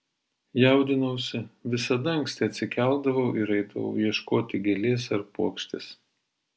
jaudinausi visada anksti atsikeldavau ir eidavau ieškoti gėlės ar puokštės